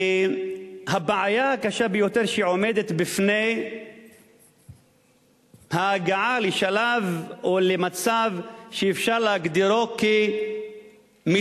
הבעיה הקשה ביותר שעומדת בפני ההגעה לשלב או למצב שאפשר להגדירו כמספק,